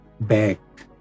back